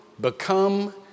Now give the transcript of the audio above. become